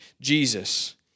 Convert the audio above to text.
Jesus